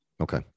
Okay